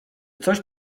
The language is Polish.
coś